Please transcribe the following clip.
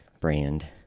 brand